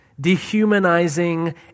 dehumanizing